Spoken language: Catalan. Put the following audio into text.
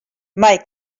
mai